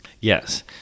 Yes